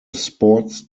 sports